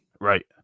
Right